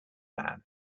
man